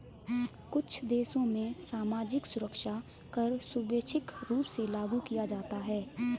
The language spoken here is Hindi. कुछ देशों में सामाजिक सुरक्षा कर स्वैच्छिक रूप से लागू किया जाता है